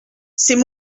c’est